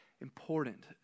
important